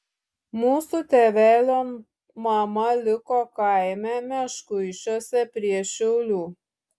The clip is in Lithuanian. mūsų tėvelio mama liko kaime meškuičiuose prie šiaulių